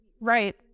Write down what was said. right